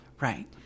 right